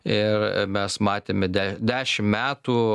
ir mes matėme deš dešim metų